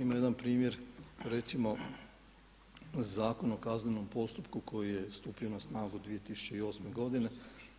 Ima jedan primjer recimo Zakona o kaznenom postupku koji je stupio na snagu 2008. godine,